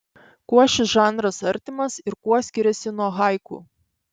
kuo šis žanras artimas ir kuo skiriasi nuo haiku